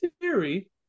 theory